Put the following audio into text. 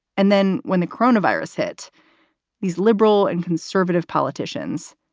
and then when the coronavirus hit these liberal and conservative politicians,